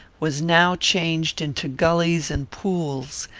was now changed into gullies and pools,